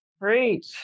Great